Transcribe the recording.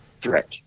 threat